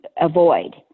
avoid